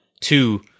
two